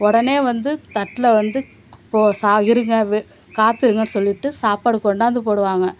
உடனே வந்து தட்டில் வந்து கோ சா இருங்க காத்துருங்கன்னு சொல்லிவிட்டு சாப்பாடு கொண்டாந்து போடுவாங்க